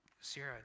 Sarah